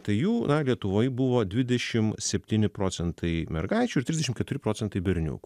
tai jų lietuvoj buvo dvidešim septyni procentai mergaičių ir trisdešim keturi procentai berniukų